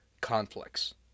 conflicts